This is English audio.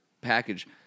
package